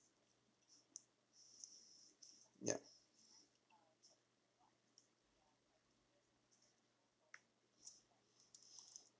ya